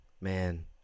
man